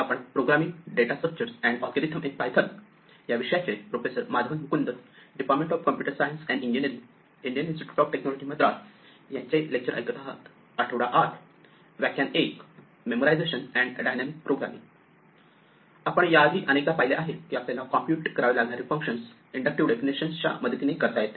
आपण याआधी अनेकदा पाहिले आहे की आपल्याला कॉम्प्युट करावे लागणारे फंक्शन्स इंडक्टिव्ह डेफिनेशन च्या मदतीने करता येते